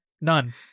None